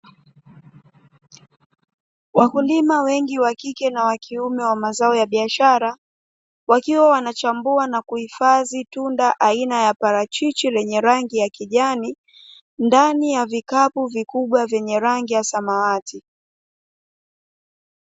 Wakulima wengi wa kike na wakiume wa mazao ya biashara, wakiwa wanachambua na kuhifadhi tunda aina ya parachichi lenye rangi kijani, ndani ya vikapu vikubwa vyenye rangi ya samawati.